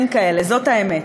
אין כאלה, זאת האמת.